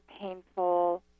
painful